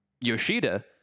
Yoshida